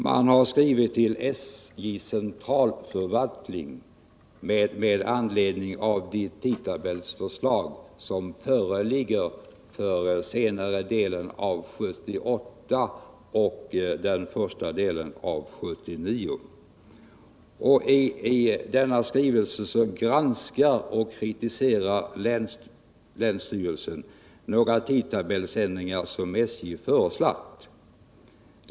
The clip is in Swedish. Man har skrivit till SJ:s centrtalförvaltning med anledning av de tidtabellsförslag som föreligger för senare delen av 1978 och första delen av 1979. I den skrivelsen granskar och kritiserar länsstyrelsen några tidtabellsändringar som SJ föreslagit.